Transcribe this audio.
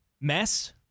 mess